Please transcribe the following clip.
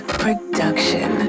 production